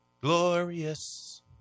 glorious